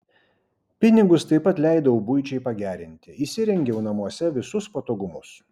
pinigus taip pat leidau buičiai pagerinti įsirengiau namuose visus patogumus